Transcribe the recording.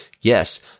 Yes